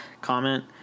comment